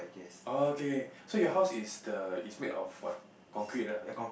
okay K so your house is the is made of what concrete ah